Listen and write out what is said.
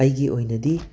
ꯑꯩꯒꯤ ꯑꯣꯏꯅꯗꯤ